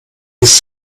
ist